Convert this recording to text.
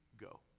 go